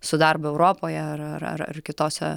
su darbu europoje ar ar ar kitose